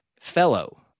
Fellow